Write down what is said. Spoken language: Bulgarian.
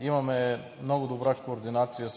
имаме много добра координация